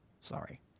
sorry